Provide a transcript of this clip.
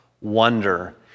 wonder